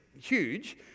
huge